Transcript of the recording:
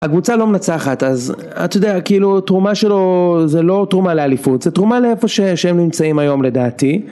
הקבוצה לא מנצחת אז את יודעת כאילו תרומה שלו זה לא תרומה לאליפות זה תרומה לאיפה שהם נמצאים היום לדעתי